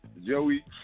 Joey